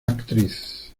actriz